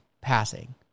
passing